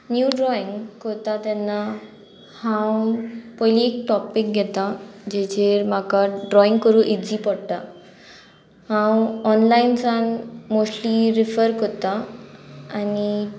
नीव drawing कोता तेन्ना हांव पयली एक टॉपीक घेता जेचेर म्हाका ड्रॉइंग करूं इजी पडटा हांव ऑनलायन सावन मोस्टली रिफर कोत्ता आनी